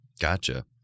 Gotcha